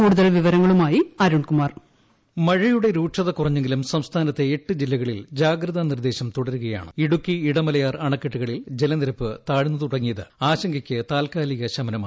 കൂടുതൽ വിവരങ്ങളുമായി അരുൺകുമാർ വോയിസ് മഴയുടെ രൂക്ഷത കുറഞ്ഞെങ്കിലും സംസ്ഥാനത്തി്തു എട്ട് ജില്ലകളിൽ ജാഗ്രതാ നിർദ്ദേശം തുടരുകയാണ് ഇടുക്കി ഇടമലയ്ട്ടർ അണക്കെട്ടുകളിൽ ജലനിരപ്പ് താഴ്ന്നു തുടങ്ങിയത് ആശങ്കയ്ക്ക്ക് താല്ക്കാലിക ശമനമായി